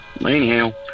Anyhow